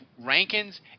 Rankins